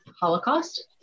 Holocaust